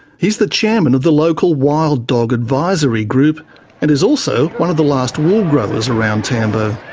he's the chairman of the local wild dog advisory group and is also one of the last wool growers around tambo.